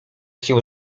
się